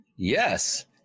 yes